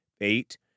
Eight